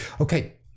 Okay